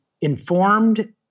informed